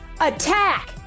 Attack